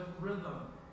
rhythm